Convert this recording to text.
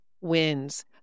wins